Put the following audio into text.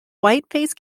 whiteface